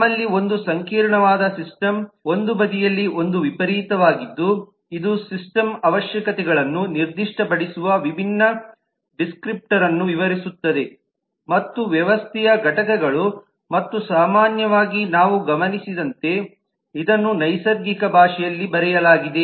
ನಮ್ಮಲ್ಲಿ ಒಂದು ಸಂಕೀರ್ಣವಾದ ಸಿಸ್ಟಮ್ ಒಂದು ಬದಿಯಲ್ಲಿ ಒಂದು ವಿಪರೀತವಾಗಿದ್ದು ಇದು ಸಿಸ್ಟಮ್ ಅವಶ್ಯಕತೆಗಳನ್ನು ನಿರ್ದಿಷ್ಟಪಡಿಸುವ ವಿಭಿನ್ನ ಡಿಸ್ಕ್ರಿಪ್ಟರ್ನ್ನು ವಿವರಿಸುತ್ತದೆ ಮತ್ತು ವ್ಯವಸ್ಥೆಯ ಘಟಕಗಳು ಮತ್ತು ಸಾಮಾನ್ಯವಾಗಿ ನಾವು ಗಮನಿಸಿದಂತೆ ಇದನ್ನು ನೈಸರ್ಗಿಕ ಭಾಷೆಯಲ್ಲಿ ಬರೆಯಲಾಗಿದೆ